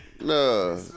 no